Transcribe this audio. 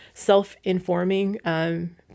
Self-informing